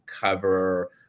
cover